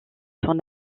son